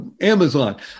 Amazon